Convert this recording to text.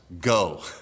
go